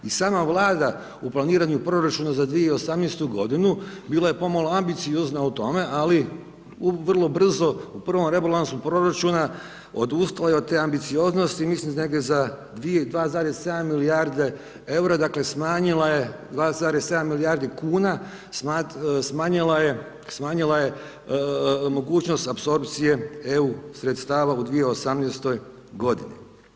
I sama Vlada u planiranju proračuna za 2018. godinu bila je pomalo ambiciozna u tome, ali vrlo brzo u prvom rebalansu proračuna odustali od te ambicioznosti i mislim da negdje za 2,7 milijarde eura, dakle smanjila je 2,7 milijardi kuna, smanjila je mogućnost apsorpcije EU sredstava u 2018. godini.